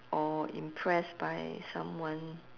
or impressed by someone